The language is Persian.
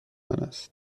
است